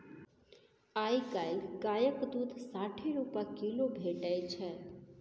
आइ काल्हि गायक दुध साठि रुपा किलो भेटै छै